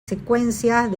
secuencias